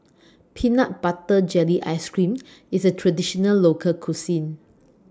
Peanut Butter Jelly Ice Cream IS A Traditional Local Cuisine